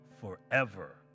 forever